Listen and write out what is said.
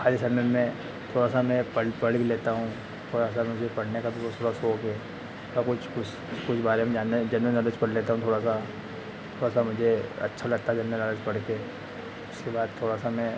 खाली समय में थोड़ा सा मैं पढ़ पढ़ भी लेता हूँ थोड़ा सा मुझे पढ़ने का भी उसके बाद सोओगे थोड़ा कुछ उस उस बारे में जानने जेनेरल नॉलेज पढ़ लेता हूँ थोड़ा सा थोड़ा सा मुझे अच्छा लगता है जनरल नॉलेज पढ़ के उसके बाद थोड़ा सा मैं